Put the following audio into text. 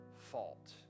fault